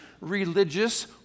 religious